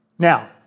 Now